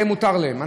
זה מותר להם.